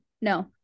no